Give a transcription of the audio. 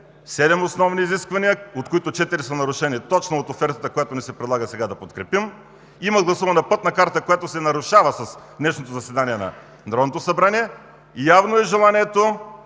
основни изисквания, от които четири са нарушени, точно от офертата, която ни се предлага сега да подкрепим. Има гласувана Пътна карта, която се нарушава с днешното заседание на Народното събрание. Явно е желанието